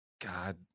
God